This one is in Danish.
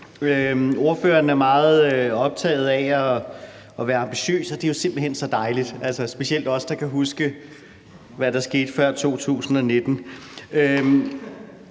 Ordføreren er meget optaget af at være ambitiøs, og det er jo simpelt hen så dejligt – specielt for os, der kan huske, hvad der skete før 2019.